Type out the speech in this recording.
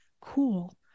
cool